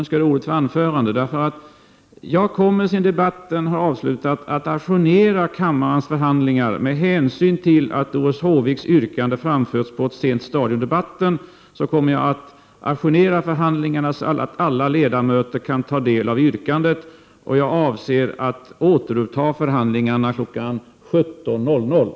Sedan debatten har avslutats kommer jag med hänsyn till att Doris Håvik framfört sitt yrkande på ett sent stadium i debatten att ajournera förhandlingarna så att alla ledamöter kan ta del av yrkandet. Jag avser att återuppta förhandlingarna kl. 17.00.